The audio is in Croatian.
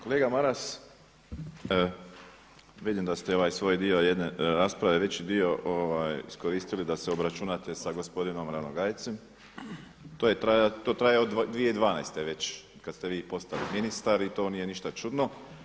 Kolega Maras, vidim da ste ovaj svoj dio jedne rasprave, veći dio iskoristili da se obračunate sa gospodinom Ranogajcem, to traje od 2012. već kada ste vi postali ministar i to nije ništa čudno.